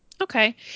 Okay